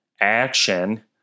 action